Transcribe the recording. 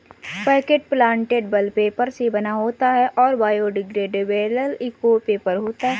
packet plantable paper से बना होता है और बायोडिग्रेडेबल इको पेपर होता है